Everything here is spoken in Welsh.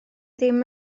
ddim